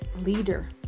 Leader